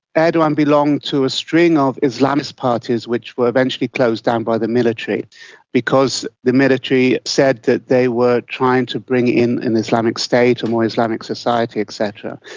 erdogan belonged to a string of islamist parties which were eventually closed down by the military because the military said that they were trying to bring in an islamic state, a more islamic society et cetera.